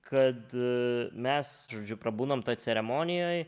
kad mes žodžiu prabūnam toj ceremonijoj